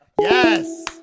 Yes